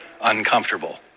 uncomfortable